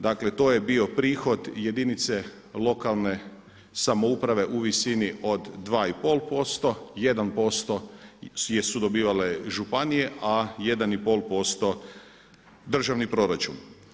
Dakle to je bio prihod jedinice lokalne samouprave u visini od 2,5%, 1% su dobivale županije a 1,5% državni proračun.